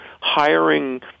hiring